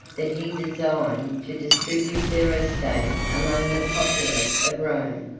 that he designed to distribute their estates among the populace of rome.